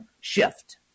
Shift